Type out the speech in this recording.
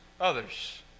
others